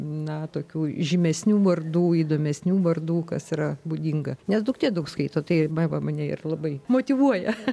na tokių žymesnių vardų įdomesnių vardų kas yra būdinga nes duktė daug skaito tai vaiva mane ir labai motyvuoja